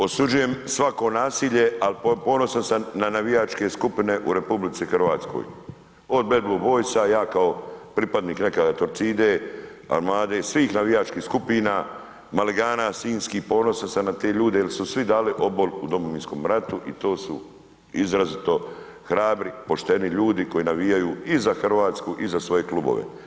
Osuđujem svako nasilje, al ponosan sam na navijačke skupine u RH, od Bad blue boysa ja kao pripadnik nekada Torcide, Armade, svih navijačkih skupina, Maligana sinjskih, ponosan sam na te ljude jer su svi dali obol u Domovinskom ratu i to su izrazito hrabri, pošteni ljudi koji navijaju i za Hrvatsku i za svoje klubove.